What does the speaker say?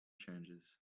changes